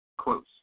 close